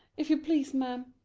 if you please, ma'am,